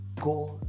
God